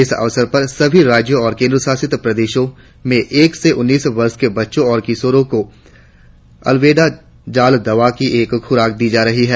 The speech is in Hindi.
इस अवसर पर सभी राज्यों और केंद्रशासित प्रदेशों में एक से उन्नीस वर्ष के बच्चों और किशोरों को अल्बेंडाजॉल दवा की एक खुराक दी जा रही है